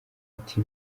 ati